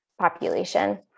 population